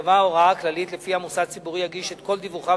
שתיקבע הוראה כללית שלפיה מוסד ציבורי יגיש את כל דיווחיו